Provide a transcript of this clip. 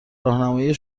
راهنمایی